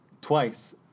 Twice